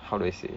how do I say